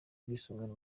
ubwisungane